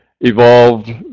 evolved